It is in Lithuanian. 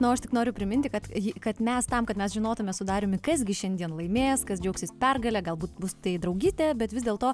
na o aš tik noriu priminti kad ji kad mes tam kad mes žinotume su dariumi kas gi šiandien laimės kas džiaugsis pergale gal būt bus tai draugystė bet vis dėl to